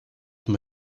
from